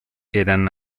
eran